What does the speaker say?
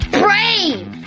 brave